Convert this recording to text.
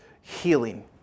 healing